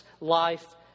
life